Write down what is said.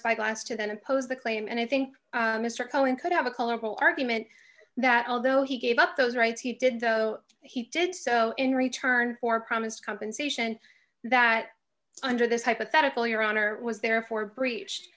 spyglass to then impose the claim and i think mr cohen could have a colorful argument that although he gave up those rights he did so he did so in return for promised compensation that under this hypothetical your honor was therefore breach